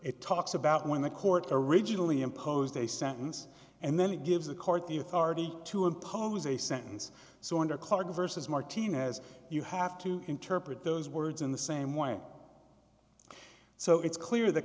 it talks about when the court originally imposed a sentence and then it gives the court the authority to impose a sentence so under clark versus martinez you have to interpret those words in the same way so it's clear th